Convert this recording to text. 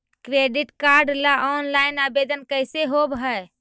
Credit card ल online आवेदन कैसे होब है?